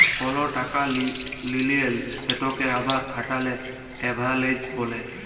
call টাকা ললে লিঁয়ে সেটকে আবার খাটালে লেভারেজ ব্যলে